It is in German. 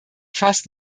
fast